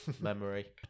memory